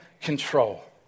control